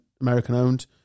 American-owned